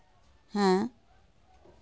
ᱦᱮᱸ